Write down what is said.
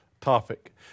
topic